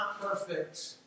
perfect